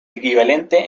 equivalente